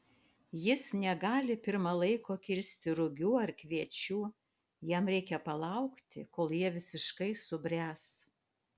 jis negali pirma laiko kirsti rugių ar kviečių jam reikia palaukti kol jie visiškai subręs